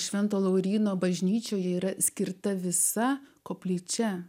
švento lauryno bažnyčioje yra skirta visa koplyčia